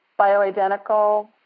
bioidentical